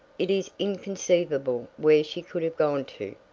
it is inconceivable where she could have gone to.